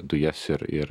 dujas ir ir